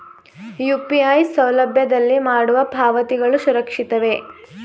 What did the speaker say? UPI ಸೌಲಭ್ಯದಲ್ಲಿ ಮಾಡುವ ಪಾವತಿಗಳು ಸುರಕ್ಷಿತವೇ?